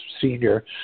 Senior